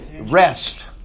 rest